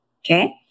okay